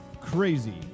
Crazy